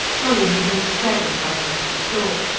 polly had been staggered by what she saw.